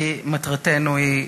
כי מטרתנו היא,